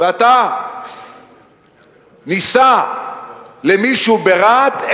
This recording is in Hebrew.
ואתה נישא למישהו ברהט,